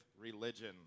religion